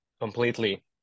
completely